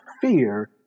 fear